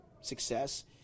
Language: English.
success